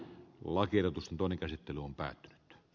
lakiehdotus toinen käsittely on päättynyt